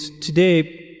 today